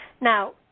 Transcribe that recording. Now